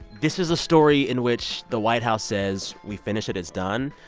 this is a story in which the white house says, we finished it it's done.